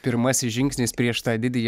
pirmasis žingsnis prieš tą didįjį